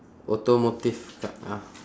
automotive c~ ya